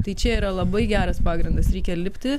tai čia yra labai geras pagrindas reikia lipti